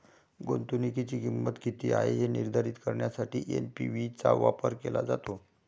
गुंतवणुकीची किंमत किती आहे हे निर्धारित करण्यासाठी एन.पी.वी चा वापर केला जातो